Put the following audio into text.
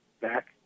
back